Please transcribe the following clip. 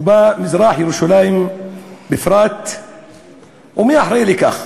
ובמזרח-ירושלים בפרט ומי אחראי לכך?